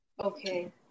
okay